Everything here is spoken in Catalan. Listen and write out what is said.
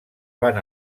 van